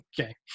Okay